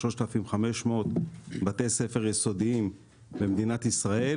3,500 בתי ספר יסודיים במדינת ישראל